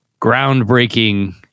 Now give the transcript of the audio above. groundbreaking